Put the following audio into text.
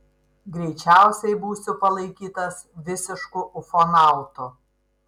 greičiausiai būsiu palaikytas visišku ufonautu